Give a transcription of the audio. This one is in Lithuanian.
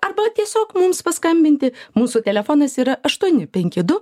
arba tiesiog mums paskambinti mūsų telefonas yra aštuoni penki du